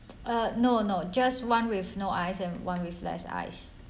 uh no no just one with no ice and one with less ice